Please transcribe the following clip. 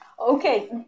okay